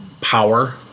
power